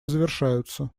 завершаются